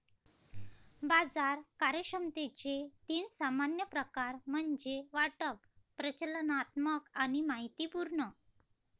बाजार कार्यक्षमतेचे तीन सामान्य प्रकार म्हणजे वाटप, प्रचालनात्मक आणि माहितीपूर्ण